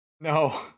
no